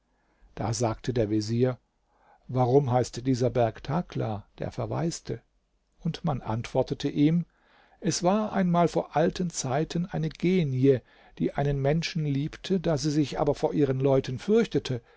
da sagte der vezier warum heißt dieser berg thakla der verwaiste und man antwortete ihm es war einmal vor alten zeiten eine genie die einen menschen liebte da sie sich aber vor ihren leuten fürchtete